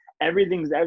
everything's